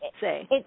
say